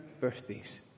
birthdays